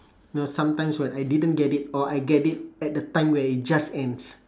no sometimes when I didn't get it or I get it at the time where it just ends